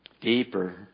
Deeper